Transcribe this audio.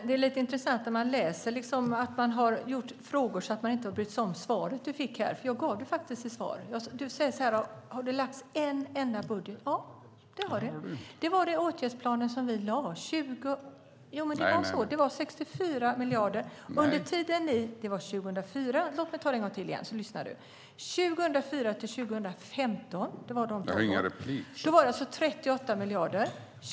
Fru talman! Det är lite intressant att man ställer frågor utan att bry sig om de svar som ges här. Jag gav dig faktiskt ett svar, Lars Mejern Larsson. Du frågade: Har du lagt en enda budget? Ja, det har jag. Det var den åtgärdsplan som vi lade, och det var 64 miljarder. Låt mig ta det en gång till så lyssnar du. För 2004-2015 var det alltså 38 miljarder.